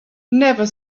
never